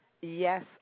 Yes